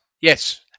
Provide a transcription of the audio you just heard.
Yes